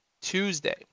Tuesday